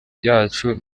yacu